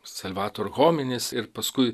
salvator hominis ir paskui